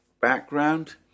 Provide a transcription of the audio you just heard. background